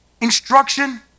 instruction